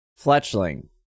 Fletchling